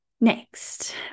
Next